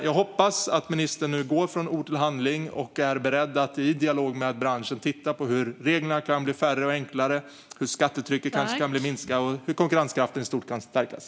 Jag hoppas att ministern går från ord till handling och är beredd att i dialog med branschen titta på hur reglerna kan bli färre och enklare, hur skattetrycket kanske kan minska och hur konkurrenskraften i stort kan stärkas.